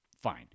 Fine